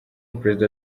perezida